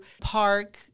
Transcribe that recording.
park